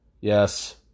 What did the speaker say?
yes